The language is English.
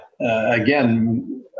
again